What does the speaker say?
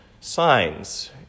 signs